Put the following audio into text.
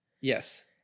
Yes